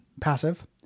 passive